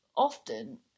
Often